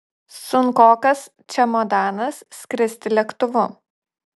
sunkokas čemodanas skristi lėktuvu